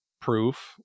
proof